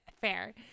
fair